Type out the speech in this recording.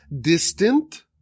distant